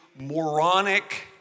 moronic